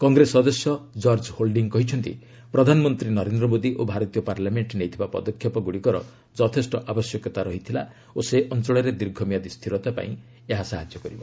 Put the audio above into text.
କଂଗ୍ରେସ ସଦସ୍ୟ George Holding କହିଛନ୍ତି ପ୍ରଧାନମନ୍ତ୍ରୀ ନରେନ୍ଦ୍ର ମୋଦି ଓ ଭାରତୀୟ ପାର୍ଲାମେଙ୍କ ନେଇଥିବା ପଦକ୍ଷେପ ଗୁଡ଼ିକର ଯଥେଷ୍ଟ ଆବଶ୍ୟକତା ଥିଲା ଓ ସେ ଅଞ୍ଚଳରେ ଦୀର୍ଘମିଆଦି ସ୍ଥିରତା ପାଇଁ ଏହା ସାହାଯ୍ୟ କରିବ